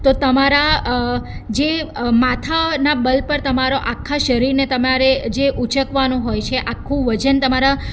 તો તમારા જે માથાના બલ પર તમારો આખા શરીરને તમારે જે ઉચકવાનું હોય છે આખું વજન તમારા